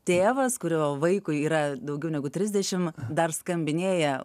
tėvas kurio vaikui yra daugiau negu trisdešim dar skambinėja